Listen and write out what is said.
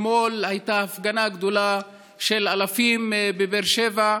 אתמול הייתה הפגנה גדולה של אלפים בבאר שבע.